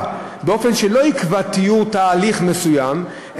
באופן שלא יקבע תיאור תהליך מסוים,